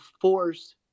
force